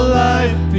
life